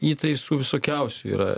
įtaisų visokiausių yra